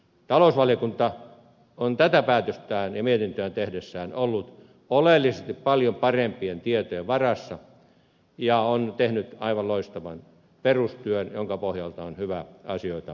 talousvaliokunta on tätä päätöstä ja mietintöä tehdessään ollut oleellisesti paljon parempien tietojen varassa ja on tehnyt aivan loistavan perustyön jonka pohjalta on hyvä asioita miettiä